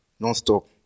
nonstop